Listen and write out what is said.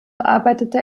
arbeitete